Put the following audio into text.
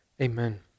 amen